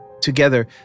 Together